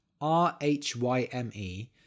R-H-Y-M-E